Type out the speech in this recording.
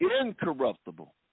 incorruptible